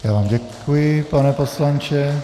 Já vám děkuji, pane poslanče.